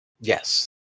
Yes